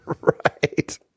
Right